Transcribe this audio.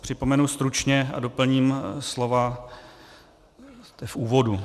Připomenu stručně a doplním slova v úvodu.